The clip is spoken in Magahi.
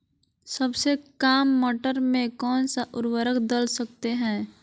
सबसे काम मटर में कौन सा ऊर्वरक दल सकते हैं?